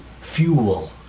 fuel